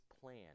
plan